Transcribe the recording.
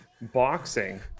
boxing